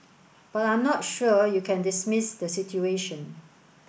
but I'm not sure you can dismiss the situation